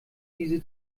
diese